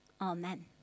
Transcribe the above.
Amen